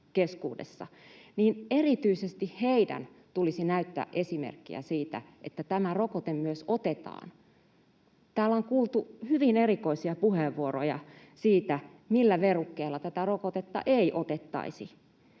erityisesti heidän tulisi näyttää esimerkkiä siitä, että tämä rokote myös otetaan. Täällä on kuultu hyvin erikoisia puheenvuoroja siitä, millä verukkeella tätä rokotetta ei otettaisi.